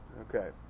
Okay